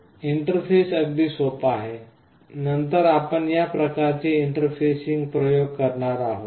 interface अगदी सोपा आहे नंतर आपण या प्रकारचे इंटरफेसिंग प्रयोग करणार आहोत